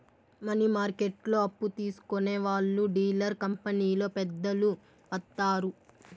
money మార్కెట్లో అప్పు తీసుకునే వాళ్లు డీలర్ కంపెనీలో పెద్దలు వత్తారు